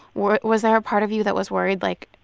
was was there a part of you that was worried, like,